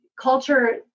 culture